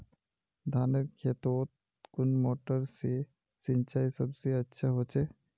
धानेर खेतोत कुन मोटर से सिंचाई सबसे अच्छा होचए?